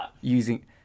using